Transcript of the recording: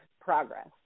progress